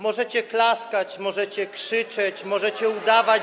Możecie klaskać, możecie krzyczeć, możecie udawać.